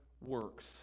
works